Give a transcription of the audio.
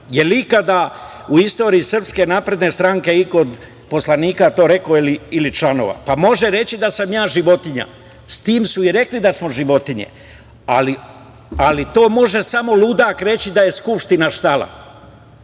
li je ikada u istoriji SNS iko od poslanika rekao ili članova? Pa, može reći da sam ja životinja, s tim su i rekli da smo životinje, ali to može samo ludak reći da je Skupština štala.